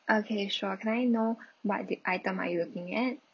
okay sure can I know what the item are you looking at